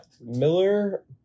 Miller